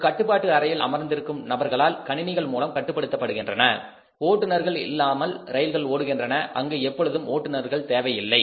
ஒரு கட்டுப்பாட்டு அறையில் அமர்ந்திருக்கும் நபர்களால் கணினிகள் மூலம் கட்டுப்படுத்தப்படுகின்றன ஓட்டுநர்கள் இல்லாமல் ரயில்கள் ஓடுகின்றன அங்கு எப்பொழுதும் ஓட்டுனர்கள் தேவை இல்லை